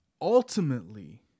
ultimately